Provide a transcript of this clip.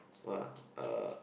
what ah uh